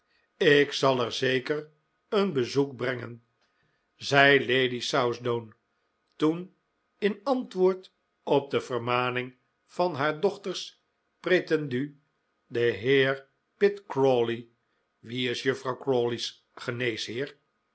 ik zal er zeker een bezoek brengen zeide lady southdown toen in antwoord op de vermaning van haar dochters pretendu den heer pitt crawley wie is juffrouw crawley's